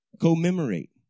commemorate